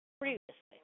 previously